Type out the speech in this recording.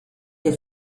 der